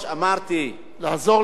לעזור לנזקק ולא,